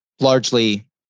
largely